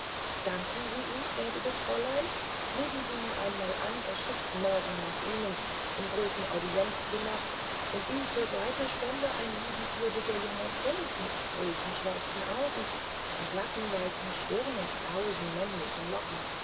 danken sie ihm gnädiges fräulein nehmen sie nur einmal an er schickte morgen nach ihnen im großen audienzzimmer und ihm zur seite stände ein liebenswürdiger junger prinz mit großen schwarzen augen einer glatten weißen stirn und krausen männlichen locken